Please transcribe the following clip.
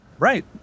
Right